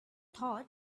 thought